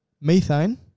Methane